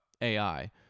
AI